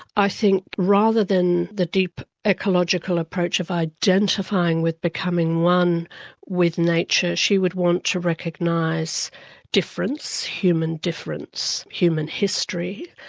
i think rather than the deep ecological approach of identifying with becoming one with nature, she would want to recognise difference, human difference, human history,